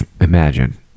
imagine